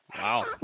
Wow